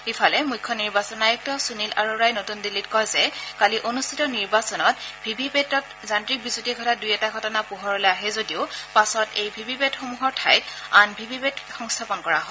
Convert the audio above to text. ইফালে মুখ্য নিৰ্বাচন আয়ুক্ত সুনীল আৰোৰাই নতুন দিল্লীত কয় যে কালি অনুষ্ঠিত নিৰ্বাচনত ভি ভি পেটত যান্নিক বিজুতি ঘটা দুই এটা ঘটনা পোহৰলৈ আহে যদিও পাছত এই ভি ভি পেটসমূহৰ ঠাইত আন ভি ভি পেট সংস্থাপন কৰা হয়